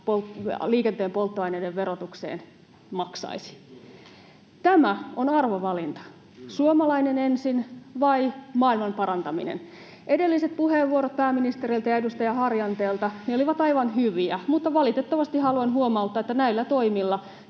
liikenteen polttoaineiden verotukseen maksaisi. Tämä on arvovalinta: ensin suomalainen vai maailmanparantaminen? Edelliset puheenvuorot pääministeriltä ja edustaja Harjanteelta olivat aivan hyviä, mutta valitettavasti haluan huomauttaa, että näillä toimilla